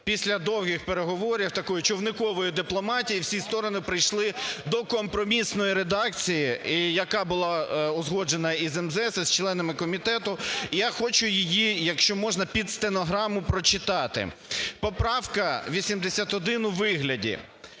після довгих переговорів такої човникової дипломатії всі сторони прийшли до компромісної редакції, яка була узгоджена і з МЗС, і з членами комітету. Я хочу її, якщо можна, під стенограму прочитати. Поправка 81 у вигляді: